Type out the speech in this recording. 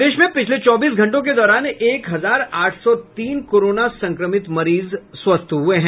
प्रदेश में पिछले चौबीस घंटों के दौरान एक हजार आठ सौ तीन कोरोना संक्रमित मरीज स्वस्थ हुए है